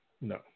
No